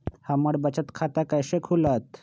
हमर बचत खाता कैसे खुलत?